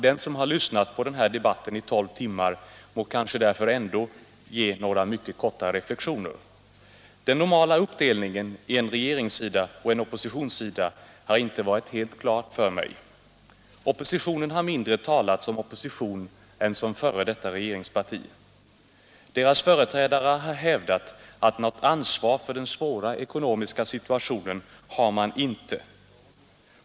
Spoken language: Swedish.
Den som har lyssnat på den här debatten i tolv timmar får kanske ändå mycket kort göra några reflexioner. Den normala uppdelningen i en regeringssida och en oppositionssida har inte stått helt klar för mig. Oppositionen har mindre talat som opposition än som f. d. regeringsparti men hävdat att man inte har något ansvar för den svåra ekonomiska situationen.